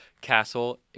castle